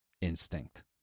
instinct